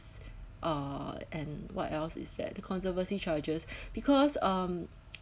uh and what else is there the conservacy charges because um